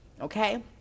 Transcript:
okay